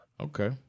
Okay